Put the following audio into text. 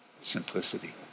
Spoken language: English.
simplicity